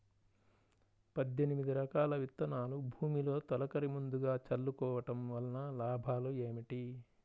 పద్దెనిమిది రకాల విత్తనాలు భూమిలో తొలకరి ముందుగా చల్లుకోవటం వలన లాభాలు ఏమిటి?